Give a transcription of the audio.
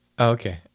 Okay